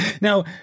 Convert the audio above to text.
Now